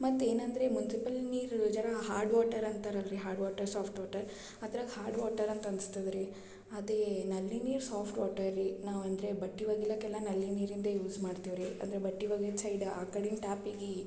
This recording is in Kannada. ಮತ್ತೆ ಏನಂದರೆ ಮುನ್ಸಿಪಲ್ ನೀರು ಜನ ಹಾರ್ಡ್ ವಾಟರ್ ಅಂತಾರೆ ಅಲ್ರಿ ಹಾರ್ಡ್ ವಾಟರ್ ಸಾಫ್ಟ್ ವಾಟರ್ ಆ ಥರ ಹಾರ್ಡ್ ವಾಟರ್ ಅಂತ ಅನ್ಸ್ತದೆ ರೀ ಅದೇ ನಲ್ಲಿ ನೀರು ಸಾಫ್ಟ್ ವಾಟರ್ ರೀ ನಾವು ಅಂದರೆ ಬಟ್ಟೆ ಒಗಿಲಿಕ್ಕೆಲ್ಲ ನಲ್ಲಿ ನೀರಿನದ್ದೇ ಯೂಸ್ ಮಾಡ್ತೀವಿ ರೀ ಅಂದರೆ ಬಟ್ಟೆ ಒಗೆಯೋನ್ ಸೈಡ್ ಆ ಕಡಿನ ಟ್ಯಾಪಿಗಿ